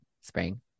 spring